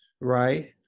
right